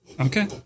Okay